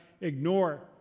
ignore